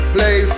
Play